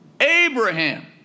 Abraham